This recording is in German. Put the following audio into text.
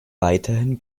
weithin